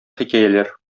хикәяләр